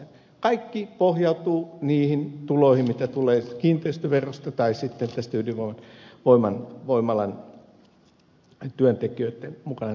kaikki pohjautuu niihin tuloihin joita tulee kiinteistöverosta tai sitten tästä ydinvoimalan työntekijöitten mukana tuomasta tulosta